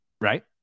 Right